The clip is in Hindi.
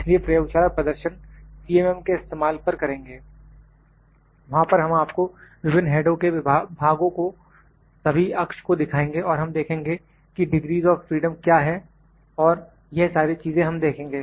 इसलिए प्रयोगशाला प्रदर्शन सीएमएम CMM के इस्तेमाल पर करेंगे वहां पर हम आपको विभिन्न हैडो के भागों को सभी अक्ष को दिखाएँगे और हम देखेंगे कि डिग्रीस् ऑफ फ़्रीडम क्या हैं और यह सारी चीजें हम देखेंगे